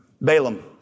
Balaam